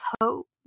hope